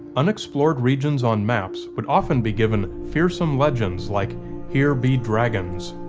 unexplored regions on maps would often be given fearsome legends like here be dragons.